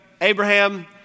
Abraham